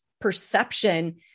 perception